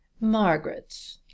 Margaret